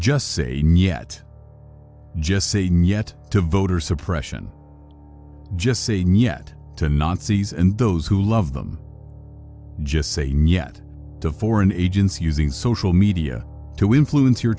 just say nyet just say nyet to voter suppression just say nyet to nazis and those who love them just say nyet to foreign agents using social media to influence your